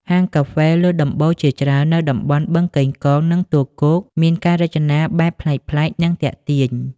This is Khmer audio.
ហាងកាហ្វេលើដំបូលជាច្រើននៅតំបន់បឹងកេងកង និងទួលគោក មានការរចនាបែបប្លែកៗ និងទាក់ទាញ។